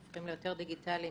הופכים ליותר דיגיטליים,